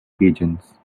pigeons